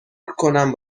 کنم